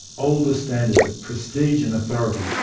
older standards of prestige and authority,